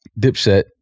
Dipset